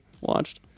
watched